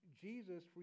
Jesus